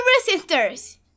sisters